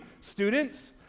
Students